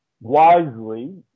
wisely